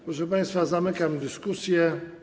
Proszę państwa, zamykam dyskusję.